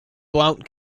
blount